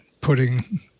putting